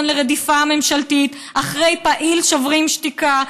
לרדיפה ממשלתית אחרי פעיל שוברים שתיקה.